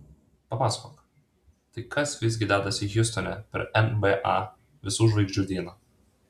papasakok tai kas visgi dedasi hjustone per nba visų žvaigždžių dieną